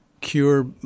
cure